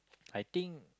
think